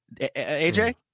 aj